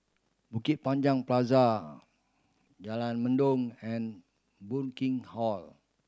Bukit Panjang Plaza Jalan Mendong and Burkill Hall